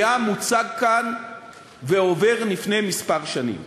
היה מוצג כאן ועובר לפני כמה שנים.